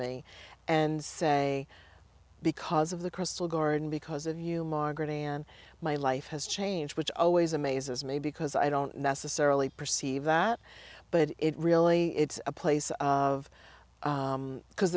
me and say because of the crystal garden because of you margaret and my life has changed which always amazes me because i don't necessarily perceive that but it really it's a place of because